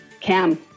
Cam